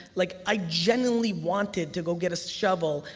like i genuinely wanted to go get a shovel,